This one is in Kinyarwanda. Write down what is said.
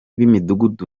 b’imidugudu